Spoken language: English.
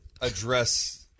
address-